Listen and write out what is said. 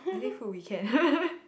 I think food we can